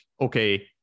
okay